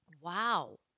wow